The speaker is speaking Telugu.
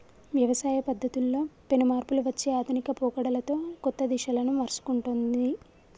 వ్యవసాయ పద్ధతుల్లో పెను మార్పులు వచ్చి ఆధునిక పోకడలతో కొత్త దిశలను మర్సుకుంటొన్ది